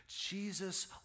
Jesus